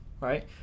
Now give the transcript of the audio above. right